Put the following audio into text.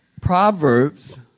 Proverbs